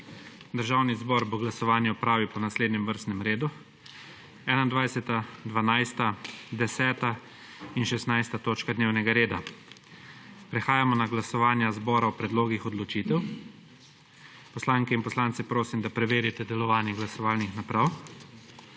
Državni zbor glasovanje opravil po naslednjem vrstnem redu: 21., 12., 10. in 16. točka dnevnega reda. Prehajamo na glasovanja zbora o predlogih odločitev. Poslanke in poslance prosim, da preverite delovanje glasovalnih naprav.